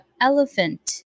elephant